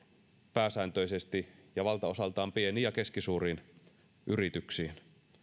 pääsääntöisesti ja valtaosaltaan pieniin ja keskisuuriin yrityksiin